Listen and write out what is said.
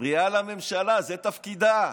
מפריעה לממשלה זה תפקידה.